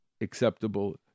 acceptable